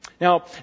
Now